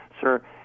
Sir